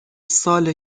ساله